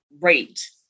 rate